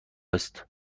است